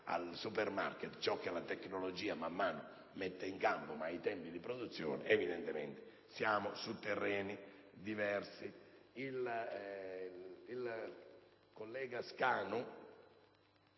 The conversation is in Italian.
al supermarket ciò che la tecnologia man mano mette in campo, considerando i tempi di produzione, evidentemente siamo su terreni diversi. Il collega Scanu